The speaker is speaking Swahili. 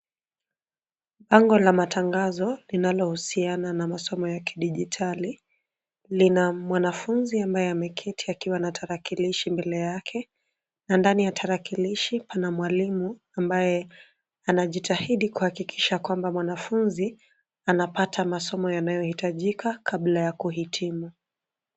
Bango la matangazo linalohusiana na masomo ya kidijitali lina mwanafunzi ambaye ameketi akiwa na tarakilishi mbele yake na ndani ya tarakilishi pana mwalimu ambaye anajitahidi kuhakisha kwamba mwanafunzi anapata masomo yanayohitajika kabla ya kuhitimu.